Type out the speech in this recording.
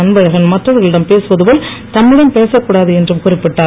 அன்பழகன் மற்றவர்களிடம் பேசுவது போல் தம்மிடம் பேசக்கூடாது என்றும் குறிப்பிட்டார்